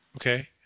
Okay